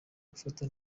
gufata